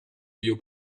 you